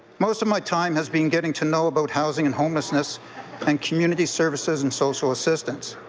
most of my time has been getting to know about housing and homelessness and community services and social assistance.